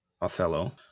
Othello